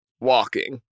walking